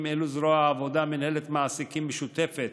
אלה זרוע העבודה מינהלת מעסיקים משותפת